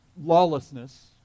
lawlessness